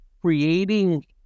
creating